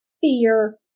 fear